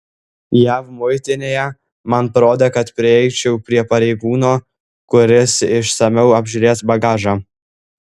jav muitinėje man parodė kad prieičiau prie pareigūno kuris išsamiau apžiūrės bagažą